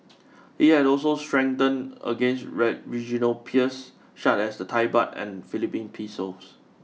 it has also strengthened against regional peers such as the Thai baht and Philippine pesos